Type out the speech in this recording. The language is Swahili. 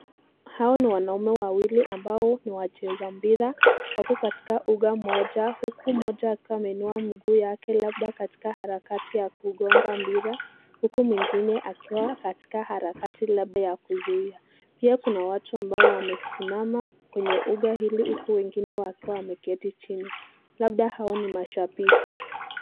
Hawa ni wanaume wawili ambao ni wacheza mpira wako katika uga mmoja huku mmoja akiwa ameinua mguu yake labda katika harakati ya kugonga mpira huku mwingine akiwa katika harakati labda wa kuzuia pia kuna watu ambao wamesimama kwenye uga hili huku wengine wakiwa wameketi chini labda hawa ni mashabiki.